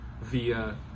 via